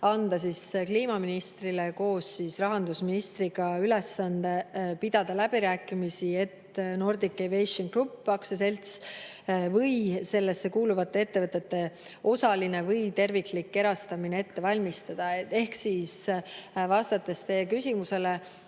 anda kliimaministrile koos rahandusministriga ülesande pidada läbirääkimisi, et Nordic Aviation Group AS‑i või sellesse kuuluvate ettevõtete osaline või terviklik erastamine ette valmistada. Ehk vastates teie küsimusele: